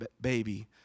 baby